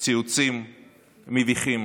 ציוצים מביכים,